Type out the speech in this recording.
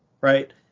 right